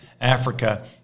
Africa